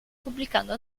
pubblicando